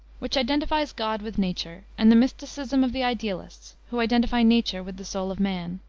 which identifies god with nature and the mysticism of the idealists, who identify nature with the soul of man.